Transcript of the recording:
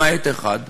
למעט אחד,